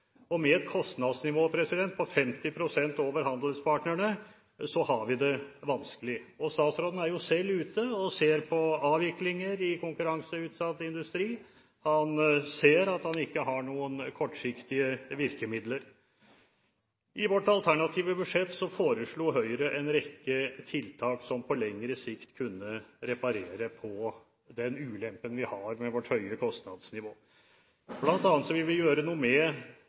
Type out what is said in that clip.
oss. Med et kostnadsnivå på 50 pst. over handelspartnernes har vi det vanskelig. Statsråden er jo selv ute og ser avviklinger i konkurranseutsatt industri, han ser at han ikke har noen kortsiktige virkemidler. I sitt alternative budsjett foreslo Høyre en rekke tiltak som på lengre sikt kunne reparere på den ulempen vi har med vårt høye kostnadsnivå. Blant annet vil vi gjøre noe med